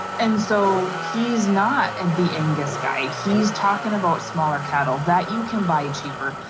and so he's not and the angus guy, he's talking about smaller cattle that you can buy cheaper.